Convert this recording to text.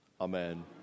Amen